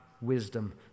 wisdom